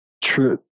True